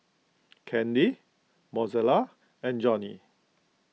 Candy Mozella and Johny